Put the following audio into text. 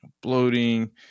bloating